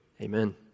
Amen